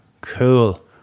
cool